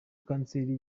kanseri